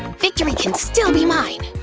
victory can still be mine!